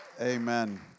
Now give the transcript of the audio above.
Amen